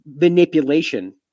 manipulation